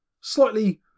slightly